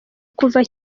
kuva